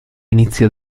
inizia